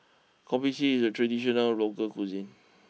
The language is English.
Kopi C is a traditional local cuisine